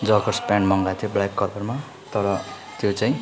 joggers pant मगाएको थिएँ black कलरमा तर त्यो चाहिँ